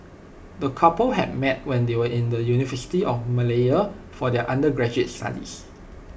the couple had met when they were in the university of Malaya for their undergraduate studies